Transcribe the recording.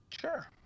Sure